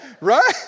Right